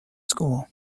school